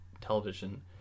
television